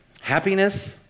happiness